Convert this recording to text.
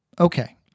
Okay